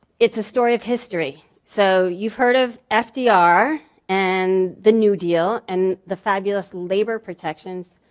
it's a story of history. so you've heard of fdr and the new deal and the fabulous labor protections.